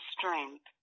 strength